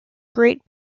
great